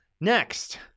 Next